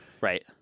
Right